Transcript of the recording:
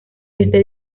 este